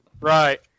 Right